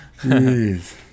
Jeez